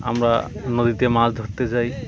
আমরা নদীতে মাছ ধরতে যাই